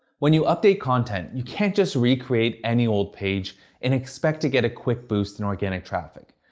when you update content, you can't just recreate any old page and expect to get a quick boost in organic traffic.